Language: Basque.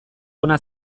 hona